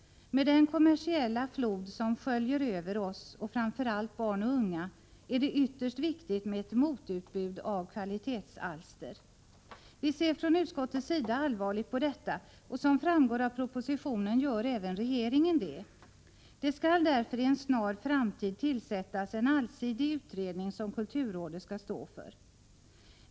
Med den kommersiella flod som sköljer över oss, framför allt över barn och unga, är det ytterst viktigt med ett motutbud av kvalitetsalster. Vi ser från utskottets sida allvarligt på detta. Som framgår av propositionen gör även regeringen det. Det skall därför i en snar framtid tillsättas en allsidig utredning som kulturrådet skall stå för.